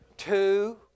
Two